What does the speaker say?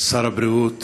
ואם חבר הכנסת